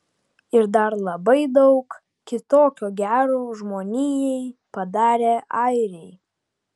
ir dar labai daug kitokio gero žmonijai padarę airiai